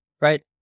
Right